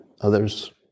others